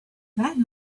that